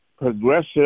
progressive